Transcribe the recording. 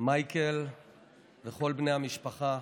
מייקל וכל בני המשפחה,